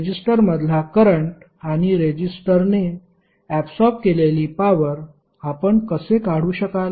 resistor मधला current आणि रेजिस्टरने ऍबसॉरब केलेली पॉवर आपण कसे काढू शकाल